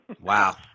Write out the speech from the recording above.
Wow